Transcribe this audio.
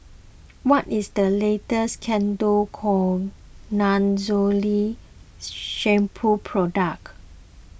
what is the latest Ketoconazole Shampoo product